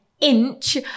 inch